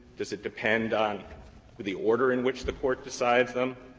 does it depend on but the order in which the court decides them?